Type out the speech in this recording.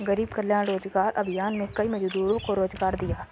गरीब कल्याण रोजगार अभियान में कई मजदूरों को रोजगार दिया